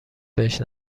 بهش